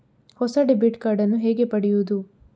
ಹೊಸ debit card ನ್ನು ಹೇಗೆ ಪಡೆಯುದು?